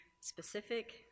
specific